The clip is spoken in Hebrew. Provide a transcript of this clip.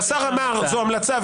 והשר אמר שזאת ההמלצה,